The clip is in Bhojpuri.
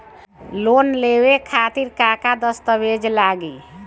लोन लेवे खातिर का का दस्तावेज लागी?